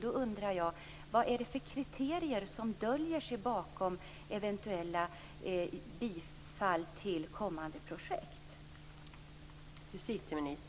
Då undrar jag: Vad är det för kriterier som döljer sig bakom eventuella bifall till kommande projekt?